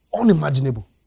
Unimaginable